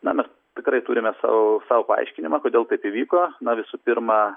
na mes tikrai turime sau sau paaiškinimą kodėl taip įvyko na visų pirma